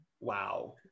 wow